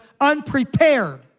unprepared